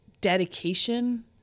dedication